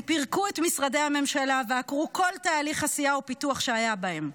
הם פירקו את משרדי הממשלה ועקרו כל תהליך עשייה ופיתוח שהיה בהם.